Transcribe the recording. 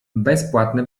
bezpłatne